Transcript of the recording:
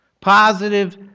Positive